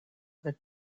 the